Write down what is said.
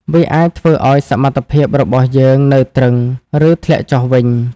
វាអាចធ្វើឱ្យសមត្ថភាពរបស់យើងនៅទ្រឹង ឬធ្លាក់ចុះវិញ។